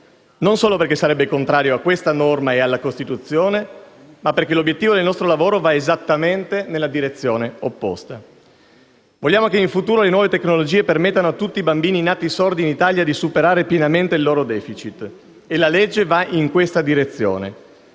non solo perché sarebbe contrario a questa norma e alla Costituzione, ma perché l'obiettivo del nostro lavoro va esattamente nella direzione opposta. Vogliamo che in futuro le nuove tecnologie permettano a tutti i bambini nati sordi in Italia di superare pienamente il loro *deficit*, e la legge va in questa direzione,